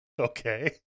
Okay